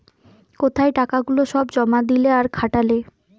কোথায় টাকা গুলা সব জমা দিলে আর খাটালে